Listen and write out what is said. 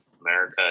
america